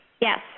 Yes